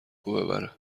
ببره